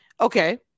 Okay